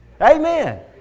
Amen